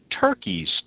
turkeys